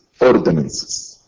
ordinances